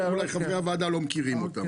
וחברי הוועדה לא מכירים אותם.